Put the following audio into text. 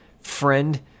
friend